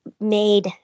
made